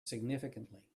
significantly